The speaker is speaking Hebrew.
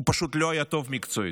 הוא פשוט לא היה טוב מקצועית.